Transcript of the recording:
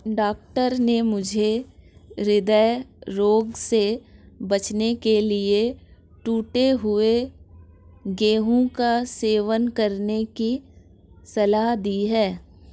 doctor ने मुझे हृदय रोग से बचने के लिए टूटे हुए गेहूं का सेवन करने की सलाह दी है